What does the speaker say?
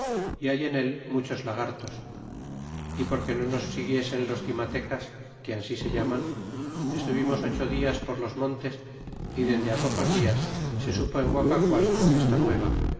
é hay en él muchos lagartos y porque no nos siguiesen los cimatecas que ansi se llaman estuvimos ocho dias por los montes y dende pocos dias se supo en guacacuate esta nueva